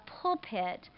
pulpit